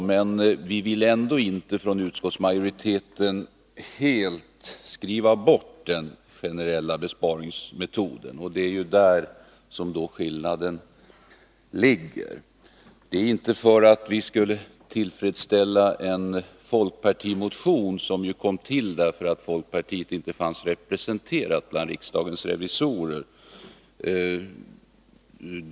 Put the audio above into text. Men vi vill ändå inte från utskottsmajoritetens sida helt skriva bort den generella besparingsmetoden. Det är där som skillnaden ligger. Det gör vi inte för att tillfredsställa en folkpartimotion som kom till därför att folkpartiet inte fanns representerat bland riksdagens revisorer.